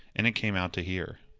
and it came out to hear.